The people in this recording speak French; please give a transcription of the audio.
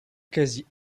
quasi